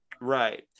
right